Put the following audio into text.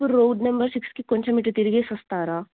ఇప్పుడు road number సిక్స్కి కొంచెం ఇటు తిరిగేసి వస్తారా